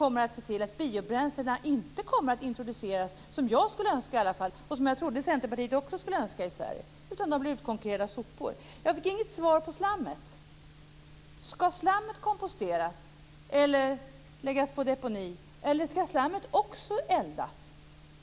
Man ser till att biobränslena inte kommer att introduceras, som jag skulle önska och som jag trodde att Centerpartiet också skulle önska. Biobränslena har blivit utkonkurrerade av sopor. Jag fick inget svar på frågan om slammet. Skall slammet komposteras och läggas på deponi, eller skall slammet också eldas?